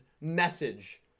message